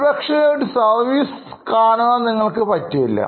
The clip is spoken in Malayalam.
ഒരുപക്ഷേ ഒരു സർവീസ് കാണാൻ പറ്റില്ല